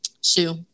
Sue